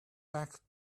back